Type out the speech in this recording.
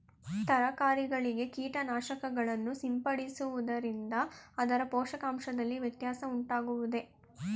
ತರಕಾರಿಗಳಿಗೆ ಕೀಟನಾಶಕಗಳನ್ನು ಸಿಂಪಡಿಸುವುದರಿಂದ ಅದರ ಪೋಷಕಾಂಶದಲ್ಲಿ ವ್ಯತ್ಯಾಸ ಉಂಟಾಗುವುದೇ?